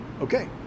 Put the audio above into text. Okay